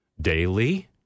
Daily